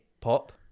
pop